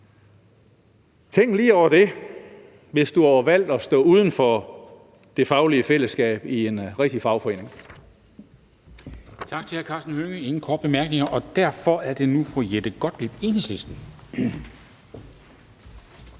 Tænk lige over det, hvis du har valgt at stå uden for det faglige fællesskab i en rigtig fagforening.